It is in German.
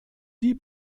die